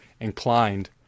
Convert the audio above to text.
inclined